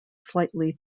slightly